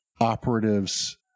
operatives